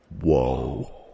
Whoa